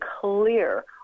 clear